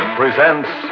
presents